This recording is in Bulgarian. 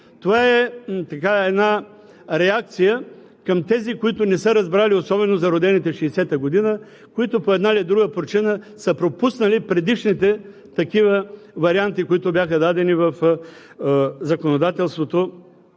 Това е реакция към тези, които не са разбрали, особено за родените в 1960 г., които по една или друга причина са пропуснали предишните такива варианти, които бяха дадени в законодателството